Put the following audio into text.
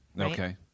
Okay